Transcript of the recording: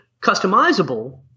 customizable